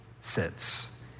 sits